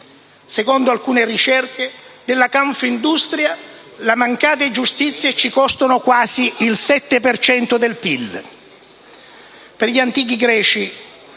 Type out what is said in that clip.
Secondo alcune ricerche della Confindustria le mancate giustizie ci costano quasi il 7 per